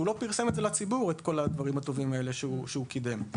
שהוא לא פרסם את כל הדברים הטובים האלה שהוא קידם לציבור.